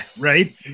Right